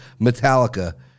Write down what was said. Metallica